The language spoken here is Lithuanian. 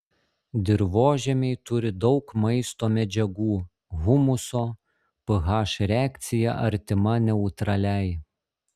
dirvožemiai turi daug maisto medžiagų humuso ph reakcija artima neutraliai